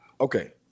okay